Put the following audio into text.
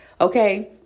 Okay